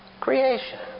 creation